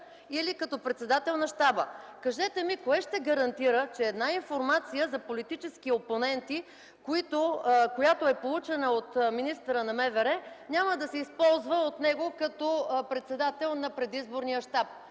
или като председател на щаба. Кажете ми кое ще гарантира, че една информация за политически опоненти, която е получена от министъра на МВР, няма да се използва от него като председател на предизборния щаб